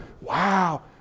Wow